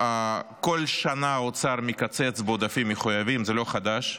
כל שנה האוצר מקצץ בעודפים מחויבים, זה לא חדש.